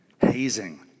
Hazing